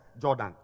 Jordan